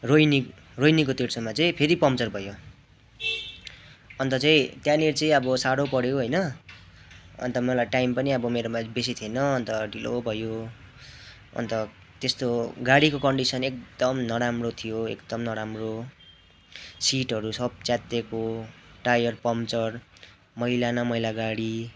रोहिनी रोहिनीको तेर्सोमा चाहिँ फेरि पङ्कचर भयो अन्त चाहिँ त्यहाँनिर चाहिँ अब साह्रो पर्यो होइन अन्त मलाई टाइम पनि अब मेरोमा बेसी थिएन अन्त मलाई ढिलो भयो अन्त त्यस्तो गाडीको कन्डिसन एकदम नराम्रो थियो एकदम नराम्रो सिटहरू सब च्यातिएको टायर पङ्कचर मैला न मैला गाडी